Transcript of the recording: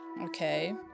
Okay